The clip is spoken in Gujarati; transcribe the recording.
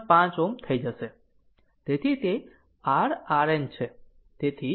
5 Ω થઈ જશે તેથી તે r RN છે